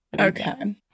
Okay